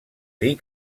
dir